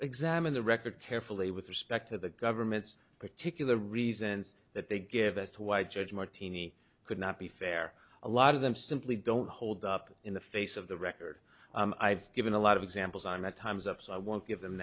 examine the record carefully with respect to the government's particular reasons that they give as to why judge martini could not be fair a lot of them simply don't hold up in the face of the record i've given a lot of examples on my time's up so i won't give them